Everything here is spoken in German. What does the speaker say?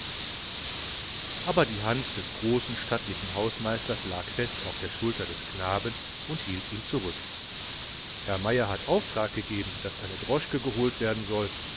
aber die hand des großen stattlichen portiers lag fest auf der schulter des knaben und hielt ihn zurück herr meier hat auftrag gegeben daß eine droschke geholt werden soll